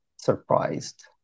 surprised